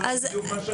בדיוק מה שאת אומרת.